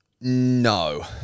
no